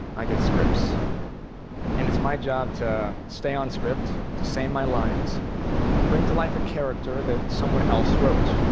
i get scripts and it's my job to stay on script, to say my lines and bring to life a character that someone else wrote.